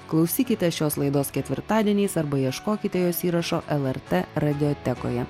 klausykitės šios laidos ketvirtadieniais arba ieškokite jos įrašo lrt radiotekoje